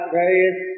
various